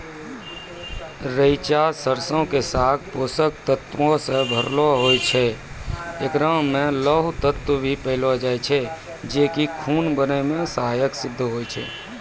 रैचा सरसो के साग पोषक तत्वो से भरपूर होय छै